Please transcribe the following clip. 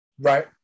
Right